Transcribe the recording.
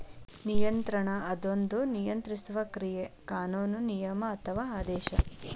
ನಿಯಂತ್ರಣ ಅದೊಂದ ನಿಯಂತ್ರಿಸುವ ಕ್ರಿಯೆ ಕಾನೂನು ನಿಯಮ ಅಥವಾ ಆದೇಶ